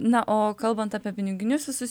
na o kalbant apie piniginius visus